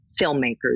filmmakers